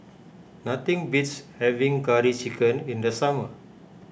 nothing beats having Curry Chicken in the summer